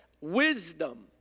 wisdom